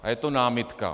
A je to námitka.